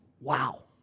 Wow